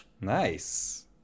Nice